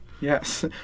Yes